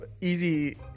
easy